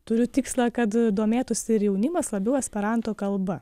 turiu tikslą kad domėtųsi ir jaunimas labiau esperanto kalba